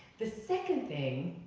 the second thing,